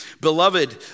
Beloved